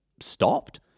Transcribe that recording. stopped